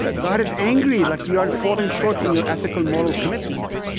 like god is angry. like you are falling short in your ethical, moral commitments.